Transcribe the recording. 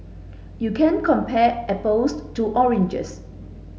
you can't compare apples to oranges